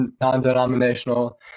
non-denominational